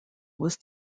was